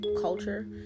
culture